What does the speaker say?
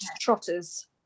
trotters